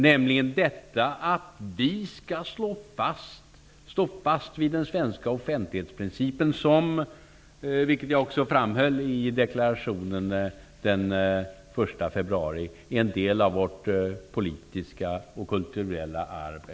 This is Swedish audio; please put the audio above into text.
Vi skall stå fast vid att den svenska offentlighetsprincipen, vilket jag också framhöll i deklarationen den 1 februari, är en omistlig del av vårt politiska och kulturella arv.